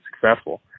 successful